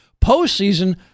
Postseason